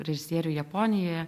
režisierių japonijoje